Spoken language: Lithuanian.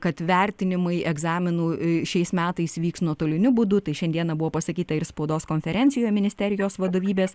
kad vertinimai egzaminų šiais metais vyks nuotoliniu būdu tai šiandieną buvo pasakyta ir spaudos konferencijoje ministerijos vadovybės